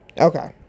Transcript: Okay